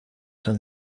han